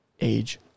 age